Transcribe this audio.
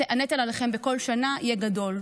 הנטל עליכם בכל שנה יהיה גדול.